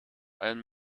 allem